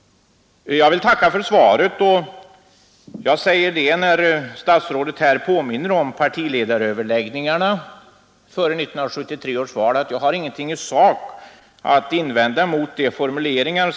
Jag vill tacka för svaret. Herr statsrådet påminner där om partiledaröverläggningarna före 1973 års val, och jag har ingenting i sak att invända mot hans formuleringar.